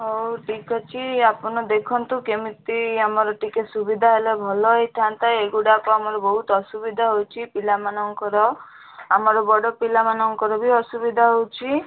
ହଉ ଠିକ୍ ଅଛି ଆପଣ ଦେଖନ୍ତୁ କେମିତି ଆମର ଟିକେ ସୁବିଧା ହେଲେ ଭଲ ହୋଇଥାନ୍ତା ଏଇଗୁଡ଼ାକ ଆମର ବହୁତ ଅସୁବିଧା ହେଉଛି ପିଲାମାନଙ୍କର ଆମର ବଡ଼ ପିଲାମାନଙ୍କର ବି ଅସୁବିଧା ହେଉଛି